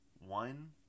One